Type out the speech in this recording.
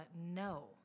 No